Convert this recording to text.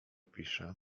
pisze